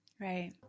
Right